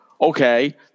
Okay